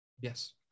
Yes